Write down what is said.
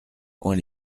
coins